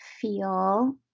feel